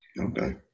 Okay